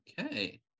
Okay